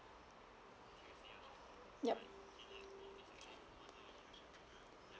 yup